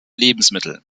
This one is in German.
lebensmitteln